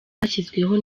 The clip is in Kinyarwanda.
hashyizweho